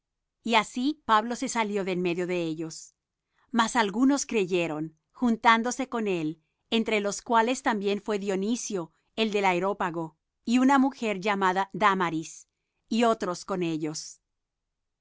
y así pablo se salió de en medio de ellos mas algunos creyeron juntándose con él entre los cuales también fué dionisio el del areópago y una mujer llamada dámaris y otros con ellos